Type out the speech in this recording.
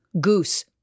Goose